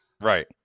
Right